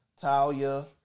Talia